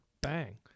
Bang